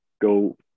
go